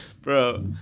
Bro